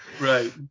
right